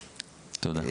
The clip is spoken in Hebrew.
תודה.